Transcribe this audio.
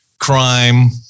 crime